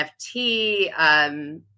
NFT